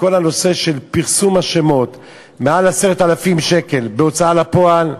שכל הנושא של פרסום השמות של חייבים מעל 10,000 שקל בהוצאה לפועל,